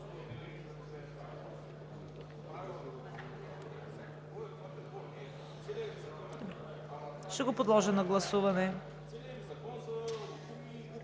Ще подложа на гласуване